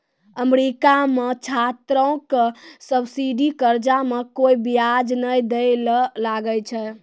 America मे छात्रो के सब्सिडी कर्जा मे कोय बियाज नै दै ले लागै छै